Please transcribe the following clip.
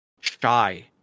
shy